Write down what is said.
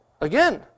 Again